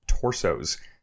torsos